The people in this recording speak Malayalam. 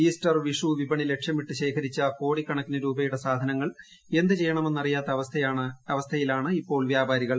ഈസ്റ്റർ വിഷു വിപണി ലക്ഷ്യമിട്ട് ശേഖരിച്ച കോടിക്കണക്കിന് രൂപയുടെ സാധനങ്ങൾ എന്ത് ചെയ്യണമെന്ന് അറിയാത്ത അവസ്ഥയാണ് ഇപ്പോൾ വ്യാപാരികൾ